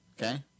Okay